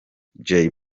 jay